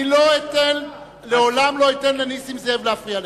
אני לעולם לא אתן לנסים זאב להפריע לך.